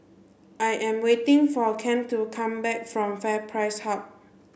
I am waiting for Kem to come back from FairPrice Hub